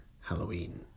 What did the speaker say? halloween